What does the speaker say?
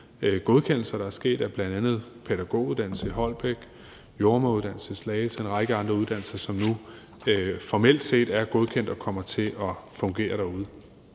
godkendelser, der er; bl.a. en pædagoguddannelse i Holbæk, en jordemoderuddannelse i Slagelse og en række andre uddannelser, som nu formelt set er godkendt og kommer til at fungere derude.